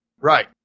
Right